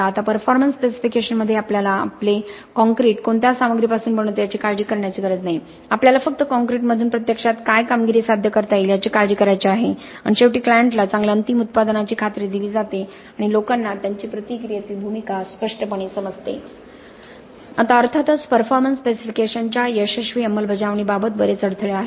आता परफॉर्मन्स स्पेसिफिकेशनमध्ये आम्हाला आमचे कंक्रीट कोणत्या सामग्री पासून बनवते याची काळजी करण्याची गरज नाही आम्हाला फक्त कॉंक्रिटमधून प्रत्यक्षात काय कामगिरी साध्य करता येईल याची काळजी करायची आहे आणि शेवटी क्लायंटला चांगल्या अंतिम उत्पादनाची खात्री दिली जाते आणि लोकांना त्यांची प्रक्रियेतील भूमिका स्पष्टपणे समजते आता अर्थातच परफॉर्मन्स स्पेसिफिकेशनच्या यशस्वी अंमलबजावणीबाबत बरेच अडथळे आहेत